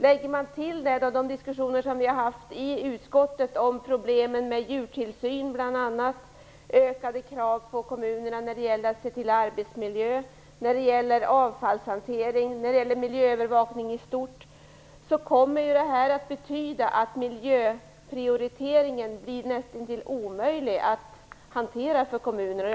Om man lägger till de diskussioner som vi har haft i utskottet om problemen med bl.a. djurtillsyn, ökade krav på kommunerna när det gäller att se till arbetsmiljö, avfallshantering och miljöövervakning i stort, kommer det att betyda att miljöprioriteringen blir nästintill omöjlig att hantera för kommunerna.